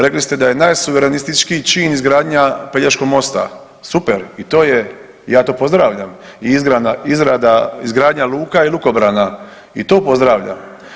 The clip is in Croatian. Rekli ste da je najsuverenističkiji čin izgradnja Pelješkog mosta, super i to je, ja to pozdravlja i izrada, izgradnja luka i lukobrana i to pozdravljam.